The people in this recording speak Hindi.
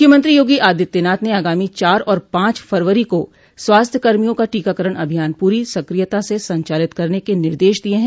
मुख्यमंत्री योगी आदित्यनाथ ने आगामी चार और पांच फरवरी को स्वास्थ्य कर्मियों का टीकाकरण अभियान प्ररी सक्रियता से संचालित करने के निर्देश दिये हैं